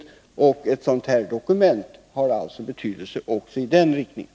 Ett slutdokument har alltså betydelse också i den riktningen.